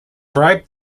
bribe